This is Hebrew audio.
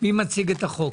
מי מציג את החוק?